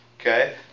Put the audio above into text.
Okay